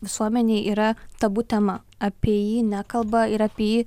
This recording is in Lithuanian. visuomenėj yra tabu tema apie jį nekalba ir apie jį